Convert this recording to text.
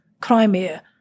Crimea